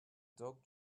dog